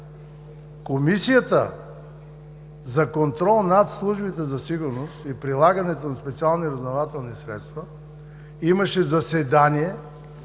Комисията за контрол над службите за сигурност и прилагането на специални разузнавателни средства имаше заседание,